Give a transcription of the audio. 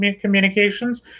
communications